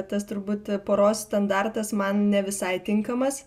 tas turbūt poros standartas man ne visai tinkamas